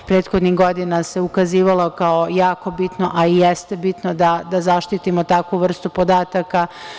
Prethodnih godina se ukazivalo kao jako bitno, a i jeste bitno da zaštitimo takvu vrstu podataka.